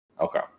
Okay